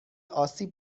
آسیب